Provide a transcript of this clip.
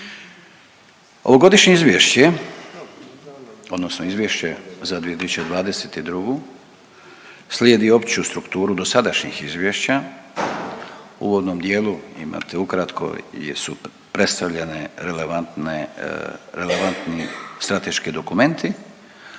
Ovogodišnje izvješće odnosno izvješće za 2022. slijedi opću strukturu dosadašnjih izvješća. U uvodnom dijelu imate ukratko, jesu predstavljene relevantni strateški dokumenti,